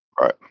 Right